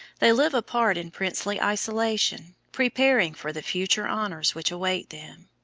they live apart in princely isolation, preparing for the future honors which await them.